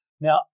Now